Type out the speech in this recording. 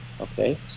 okay